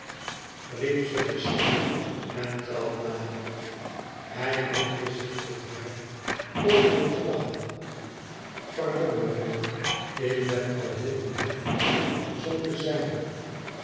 ze verschrikt en trad nader hij wendde zich tot haar poogde te lachen pardon mevrouw ik ben al heel onhoffelijk zoo te zijn